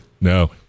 No